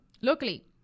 luckily